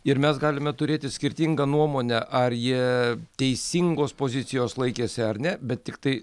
ir mes galime turėti skirtingą nuomonę ar jie teisingos pozicijos laikėsi ar ne bet tiktai